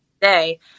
today